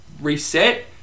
reset